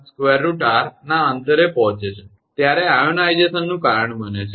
0301√𝑟 ના અંતરે પહોંચે છે ત્યારે આયનીકરણ નું કારણ બને છે